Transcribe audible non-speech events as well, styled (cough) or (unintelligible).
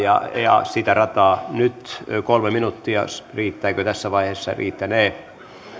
(unintelligible) ja ja sitä rataa nyt kolme minuuttia riittänee tässä vaiheessa